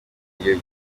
iyo